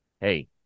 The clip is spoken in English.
Hey